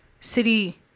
city